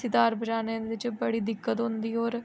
सितार बजाने दे बिच्च बड़ी दिक्कत होंदी होर